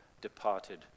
departed